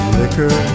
liquor